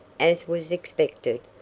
as was expected,